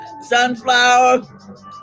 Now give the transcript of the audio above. Sunflower